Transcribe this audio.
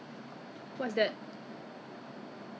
我也不知道好不好啦 then 买了